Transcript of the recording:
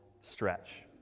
stretch